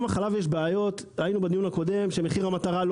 יש בעיות, כי מחיר המטרה לא